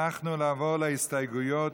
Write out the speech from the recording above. אנחנו נעבור להסתייגויות.